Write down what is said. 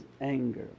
anger